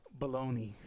Baloney